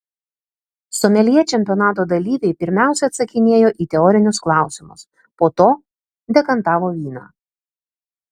someljė čempionato dalyviai pirmiausia atsakinėjo į teorinius klausimus po to dekantavo vyną